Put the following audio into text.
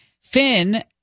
Finn